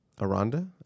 Aranda